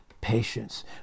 patience